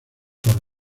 por